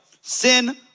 sin